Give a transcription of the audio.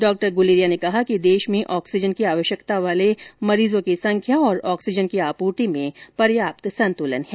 डॉ गुलेरिया ने कहा कि देश में ऑक्सीजन की आवश्यकता वाले मरीजों की संख्या और ऑक्सीजन की आपूर्ति में पर्याप्त संतुलन है